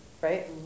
right